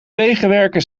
wegenwerken